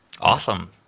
Awesome